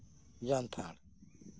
ᱡᱟᱱᱛᱷᱟᱲ